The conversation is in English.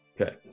Okay